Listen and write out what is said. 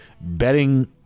betting